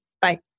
Bye